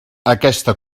aquesta